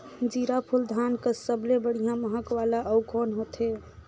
जीराफुल धान कस सबले बढ़िया महक वाला अउ कोन होथै?